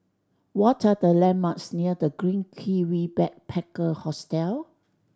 what are the landmarks near The Green Kiwi Backpacker Hostel